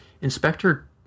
Inspector